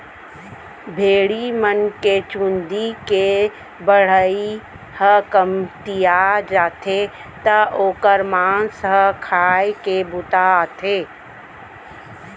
भेड़ी मन के चूंदी के बढ़ई ह कमतिया जाथे त ओकर मांस ह खाए के बूता आथे